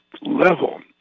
level